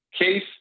Case